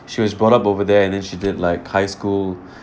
she was brought up over there and then she did like high school